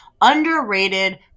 underrated